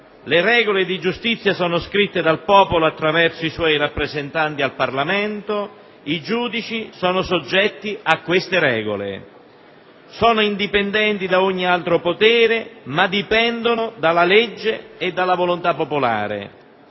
le regole di giustizia sono scritte dal popolo attraverso i suoi rappresentanti in Parlamento e i giudici sono soggetti a queste regole. Essi sono indipendenti da ogni altro potere, ma dipendono dalla legge e dalla volontà popolare.